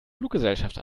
fluggesellschaft